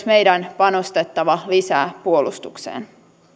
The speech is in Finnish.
meidän panostettava lisää puolustukseen